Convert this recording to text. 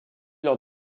lors